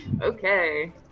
Okay